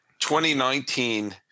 2019